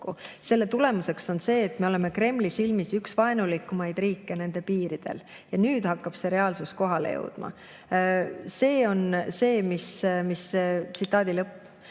Selle tulemuseks on see, et me oleme Kremli silmis üks vaenulikumaid riike nende piiridel. Ja nüüd hakkab see reaalsus kohale jõudma." Seda ütles teie